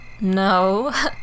No